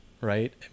right